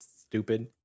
stupid